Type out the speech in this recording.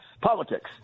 politics